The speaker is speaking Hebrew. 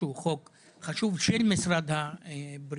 שהוא חוק חשוב של משרד הבריאות.